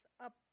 up